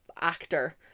actor